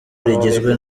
rigizwe